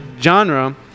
genre